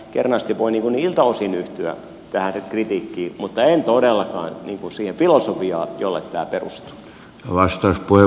kernaasti voin niiltä osin yhtyä tähän kritiikkiin mutta en todellakaan siihen filosofiaan jolle tämä perustuu